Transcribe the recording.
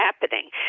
happening